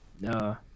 no